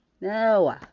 No